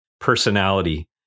personality